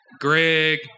Greg